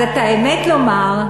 אז את האמת יש לומר,